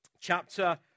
chapter